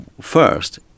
first